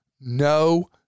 no